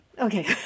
Okay